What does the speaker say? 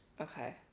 Okay